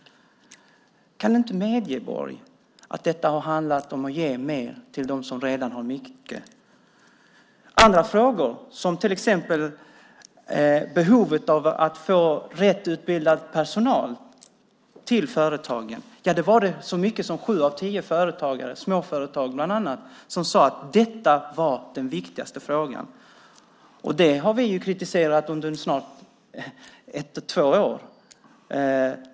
Kan inte du, Anders Borg, medge att det här har handlat om att ge mer till dem som redan har mycket? Som svar till exempel på en fråga om behovet av att få rätt utbildad personal till företagen sade så många som sju av tio företagare, bland annat småföretagare, att det var den viktigaste frågan. I snart två år har vi kritiserat i det avseendet.